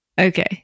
Okay